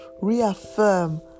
reaffirm